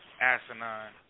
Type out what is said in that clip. asinine